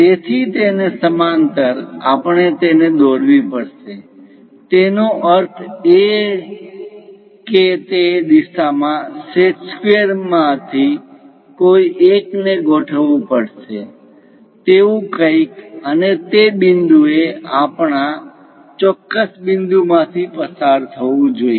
તેથી તેને સમાંતર આપણે તેને દોરવી પડશે તેનો અર્થ એ કે તે દિશામાં સેટ સ્ક્વેર માંથી કોઈ એકને ગોઠવવુ પડશે તેવું કંઈક અને તે બિંદુએ આપણા ચોક્કસ બિંદુઓમાંથી પસાર થવું જોઈએ